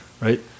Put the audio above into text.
Right